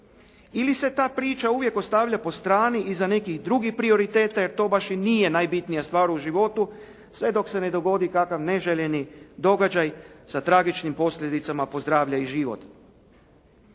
Ili se ta priča uvijek ostavlja po strani iza nekih drugih prioriteta, jer to baš i nije najbitnija stvar u životu, sve dok se ne dogodi kakav neželjeni događaj sa tragičnim posljedicama po zdravlje i život.